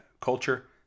culture